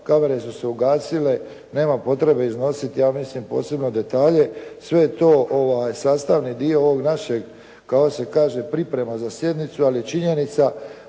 kamere su se ugasile, nema potrebe iznositi ja mislim posebno detalje. Sve je to sastavni dio ovog našeg kako se kaže priprema za sjednicu, ali je činjenica